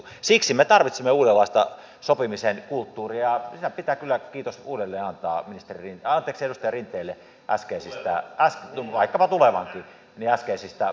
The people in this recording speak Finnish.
siksi me tarvitsemme uudenlaista sopimisen kulttuuria ja siitä pitää kyllä kiitos uudelleen antaa ministeri rinteelle anteeksi edustaja rinteelle vaikkapa tulevakin äskeisistä puheenvuoroista